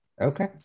okay